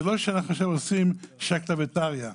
זה לא שאנחנו עושים שקלא וטריא.